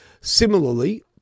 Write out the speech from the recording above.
similarly